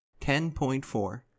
10.4